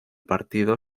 partido